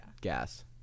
gas